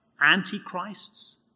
antichrists